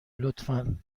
لطفا